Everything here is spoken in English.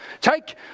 take